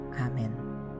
Amen